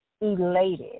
elated